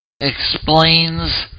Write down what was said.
explains